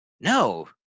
no